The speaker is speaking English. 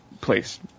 place